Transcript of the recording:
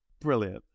Brilliant